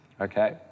okay